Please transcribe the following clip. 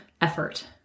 effort